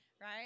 Right